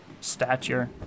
stature